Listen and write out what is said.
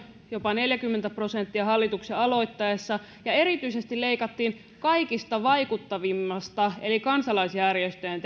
jopa neljäkymmentä prosenttia hallituksen aloittaessa ja erityisesti leikattiin kaikista vaikuttavimmasta eli kansalaisjärjestöjen